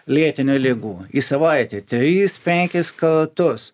lėtinių ligų į savaitę tris penkis kartus